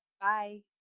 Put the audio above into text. bye